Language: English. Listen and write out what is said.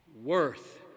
worth